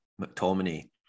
McTominay